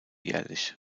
jährlich